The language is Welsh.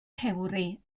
cewri